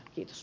kiitos